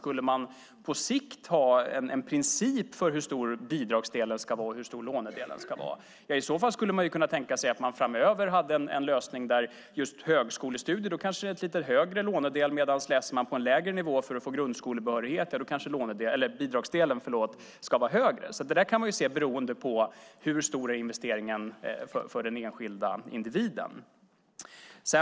Skulle man på sikt ha en princip för hur stor bidragsdelen och lånedelen ska vara skulle man i så fall kunna tänka sig att framöver ha en lösning med kanske en lite större lånedel för högskolestudier. Läser man däremot på en lägre nivå för att få grundskolebehörighet ska kanske bidragsdelen vara större. Det där kan man se på utifrån hur stor investeringen för den enskilda individen är.